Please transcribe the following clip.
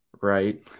right